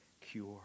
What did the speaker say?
cure